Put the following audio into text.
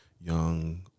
young